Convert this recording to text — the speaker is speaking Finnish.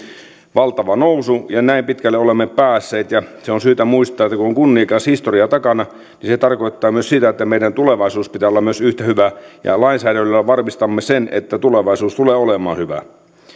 valtava nousu ja näin pitkälle olemme päässeet se on syytä muistaa että kun on kunniakas historia takana niin se tarkoittaa myös sitä että myös meidän tulevaisuuden pitää olla yhtä hyvä ja lainsäädännöllä varmistamme sen että tulevaisuus tulee olemaan hyvä